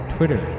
Twitter